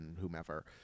whomever